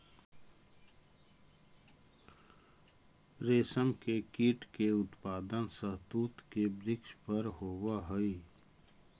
रेशम के कीट के उत्पादन शहतूत के वृक्ष पर होवऽ हई